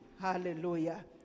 Hallelujah